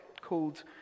called